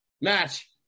match